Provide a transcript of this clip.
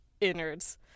innards